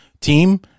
team